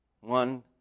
one